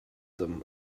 them